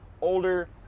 older